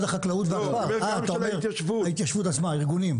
של הארגונים,